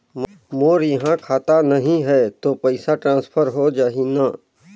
मोर इहां खाता नहीं है तो पइसा ट्रांसफर हो जाही न?